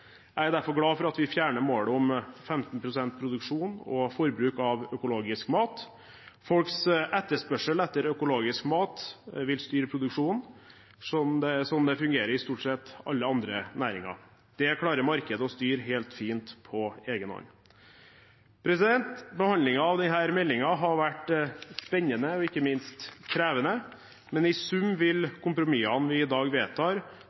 Jeg er derfor glad for at vi fjerner målet om 15 pst. produksjon og forbruk av økologisk mat. Folks etterspørsel etter økologisk mat vil styre produksjonen, sånn det fungerer i stort sett alle andre næringer. Det klarer markedet å styre helt fint på egen hånd. Behandlingen av denne meldingen har vært spennende og ikke minst krevende, men i sum vil kompromissene vi i dag vedtar,